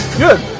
good